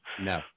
No